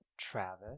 travis